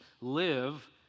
live